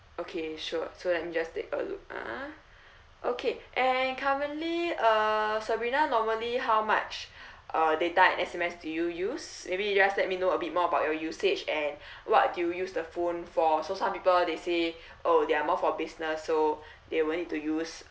okay sure so let me just take a look ah okay and currently uh sabrina normally how much uh data S_M_S do you use maybe you just let me know a bit more about your usage and what do you use the phone for so some people they say oh they are more for business so they will need to use